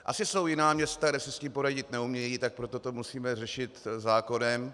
Asi jsou jiná města, kde si s tím poradit neumějí, tak proto to musíme řešit zákonem.